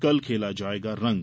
कल खेला जायेगा रंग